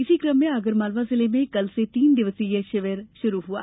इसी कम में आगरमालवा जिले में कल से तीन दिवसीय शिविर शुरू हुआ